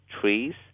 trees